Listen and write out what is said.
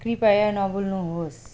कृपया नबोल्नुहोस्